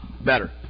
better